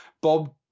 bob